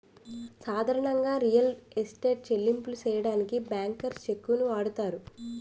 సాధారణంగా real estate చెల్లింపులు సెయ్యడానికి బ్యాంకర్స్ చెక్కుని వాడతారు